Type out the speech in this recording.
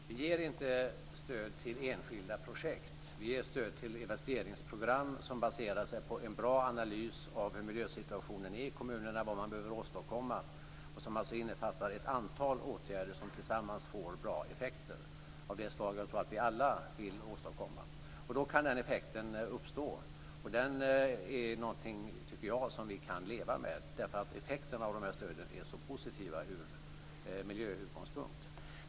Fru talman! Vi ger inte stöd till enskilda projekt. Vi ger stöd till investeringsprogram som baseras på en bra analys av hurdan miljösituationen är i kommunerna och vad man behöver åstadkomma, och som alltså innefattar ett antal åtgärder som tillsammans får bra effekter av det slag jag tror att vi alla vill åstadkomma. Då kan den effekten uppstå. Den är någonting, tycker jag, som vi kan leva med, därför att effekterna av de här stöden är så positiva ur miljösynpunkt.